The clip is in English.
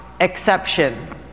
exception